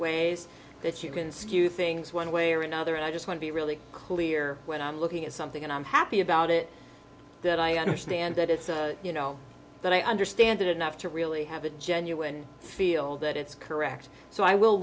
ways that you can skew things one way or another and i just want to be really clear when i'm looking at something and i'm happy about it that i understand that it's you know that i understand it enough to really have a genuine feel that it's correct so i will